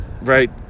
Right